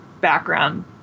background